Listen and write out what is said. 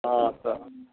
अच्छा